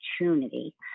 opportunity